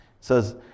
says